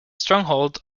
stronghold